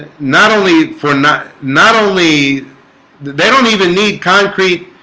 not only for not not only they don't even need concrete.